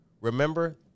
Remember